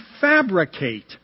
fabricate